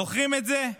זוכרים את זה?